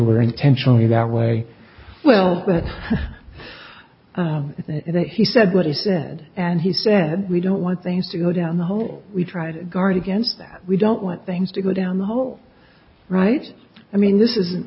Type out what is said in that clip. were intentionally that way well that he said what he said and he said we don't want things to go down the hole we try to guard against that we don't want things to go down the whole right i mean this is